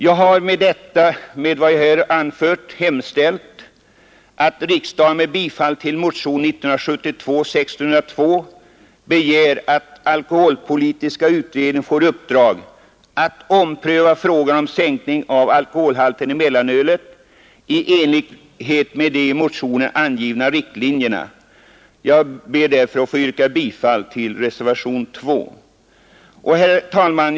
Jag vill med vad jag nu anfört hemställa att riksdagen med bifall till motionen 1602 år 1972 begär att alkoholpolitiska utredningen får i uppdrag att ompröva frågan om sänkning av alkoholhalten i mellanölet i enlighet med de i motionen angivna riktlinjerna. Jag ber därför att få yrka bifall till reservationen 2. Herr talman!